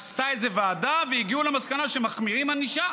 היא עשתה איזו ועדה והגיעו למסקנה שכשמחמירים ענישה,